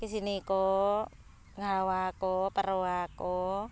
ᱠᱤᱥᱱᱤ ᱠᱚ ᱜᱷᱮᱸᱣᱲᱟ ᱠᱚ ᱯᱟᱨᱣᱟ ᱠᱚ